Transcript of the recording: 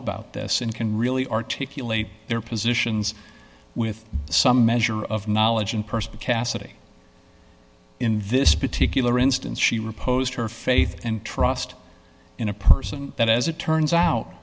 about this and can really articulate their positions with some measure of knowledge and personal cassady in this particular instance she reposed her faith and trust in a person that as it turns out